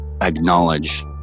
acknowledge